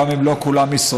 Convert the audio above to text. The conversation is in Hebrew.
גם אם לא כולם ישראלים.